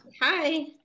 Hi